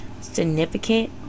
significant